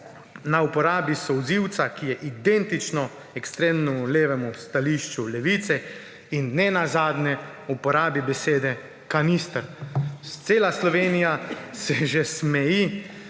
na uporabi solzivca, ki je identično ekstremno levemu stališču Levice; in nenazadnje z uporabo besede kanister. Cela Slovenija se že smeji